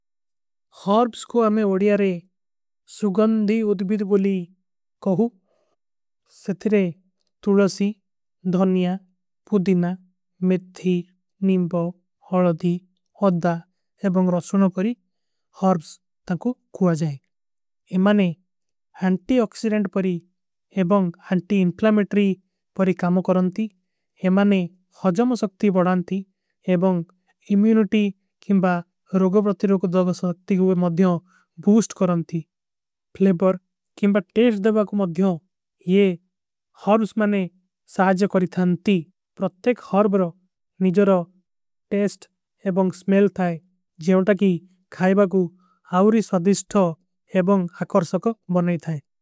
ହର୍ବ୍ସ କୋ ହମେଂ ଓଡିଯାରେ ସୁଗଂଦୀ ଉଦ୍ଭିତ ବୋଲୀ କହୂଂ। ସେଥିରେ ତୁଲସୀ, ଧନ୍ଯା, ପୁଦିନା, ମିଠୀ, ନିମ୍ବୋ। ହଲଦୀ ହଦ୍ଧା ଏବଂଗ ରସୁନୋଂ ପରୀ ହର୍ବ୍ସ ତକୂ କୂଆ ଜାଏ। ଏମାନେ ଅଂଟୀ ଓକ୍ସିରେଂଡ ପରୀ ଏବଂଗ ଅଂଟୀ ଇଂପ୍ଲାମେଟରୀ। ପରୀ କାମୋ କରନତୀ ଏମାନେ ହଜମ ସକ୍ତୀ ବଡାନତୀ। ଏବଂଗ ଇମୀନୂଟୀ କିମବା ରୋଗ ପ୍ରତିରୋକ ଦଗ ସକ୍ତୀ କୂଆ। ମଧ୍ଯୋଂ ବୂସ୍ଟ କରନତୀ ଫ୍ଲେବର କିମବା ଟେସ୍ଟ ଦଵା କୂଆ। ମଧ୍ଯୋଂ ଯେ ହର୍ବ୍ସ ମାନେ ସାଜଯ କରୀ ଥାଂତୀ ପ୍ରତ୍ତେକ ହର୍ବ୍ରୋ। ନିଜରୋ ଟେସ୍ଟ ଏବଂଗ ସ୍ମେଲ ଥାଈ ଜେଵଂଟା କୀ ଖାଈବା। କୂଆ ଆଉରୀ ସ୍ଵାଧିସ୍ଠୋ ଏବଂଗ ଅକରସକୋ ବନାଈ ଥାଈ।